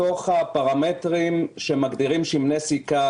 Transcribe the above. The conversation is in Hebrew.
בתוך הפרמטרים שמגדירים שמני סיכה,